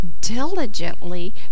diligently